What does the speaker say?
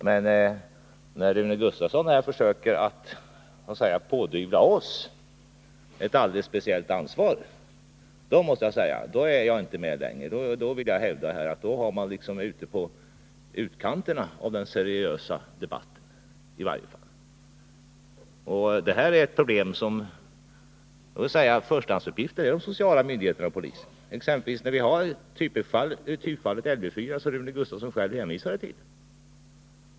Men när han här försöker så att säga pådyvla oss ett alldeles speciellt ansvar, måste jag " säga att jag inte längre är med. Då har man hamnat i utkanten av i varje fall den seriösa debatten. Det här problemet är ju en förstahandsuppgift för bl.a. sociala myndigheter och polisen. Typfallet här är Lv 4. Rune Gustavsson hänvisade själv till detta.